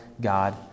God